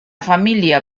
família